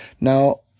Now